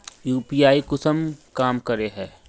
UPI कुंसम काम करे है?